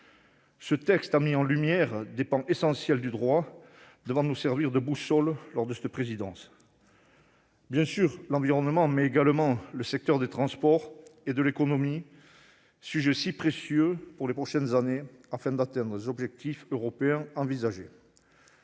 Ce texte a mis en lumière des pans essentiels du droit, qui doivent nous servir de boussole lors de cette présidence. Je pense bien sûr à l'environnement, mais également au secteur des transports et à l'économie, sujets si précieux pour les prochaines années, afin d'atteindre les objectifs européens.